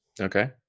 Okay